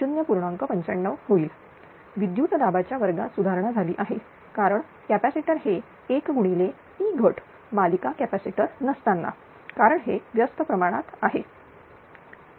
95 होईल विद्युत दाबाच्या वर्गात सुधारणा झाली आहे कारण कॅपॅसिटर हे 1 गुणिले P घट मालिका कॅपॅसिटर नसताना कारण हे व्यस्त प्रमाणात आहे